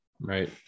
Right